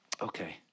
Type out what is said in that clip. Okay